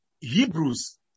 Hebrews